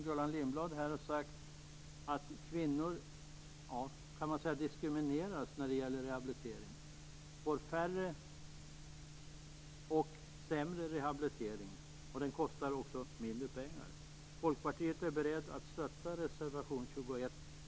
Gullan Lindblad talade också om detta. Kvinnor får mindre och sämre rehabilitering, och den kostar mindre. Vi i Folkpartiet är beredda att stödja reservation 21.